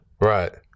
Right